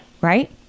right